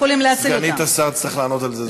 סגנית השר תצטרך לענות על זה.